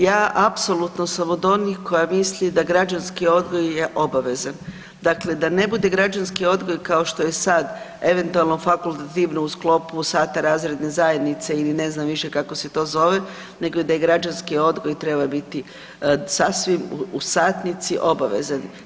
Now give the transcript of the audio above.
Ja apsolutno sam od onih koja misli da građanski odgoj je obavezan, dakle da ne bude građanski odgoj kao što je sad eventualno fakultativno u sklopu sata razredne zajednice ili ne znam više kako se to zove nego da građanski odgoj treba biti sasvim u satnici obavezan.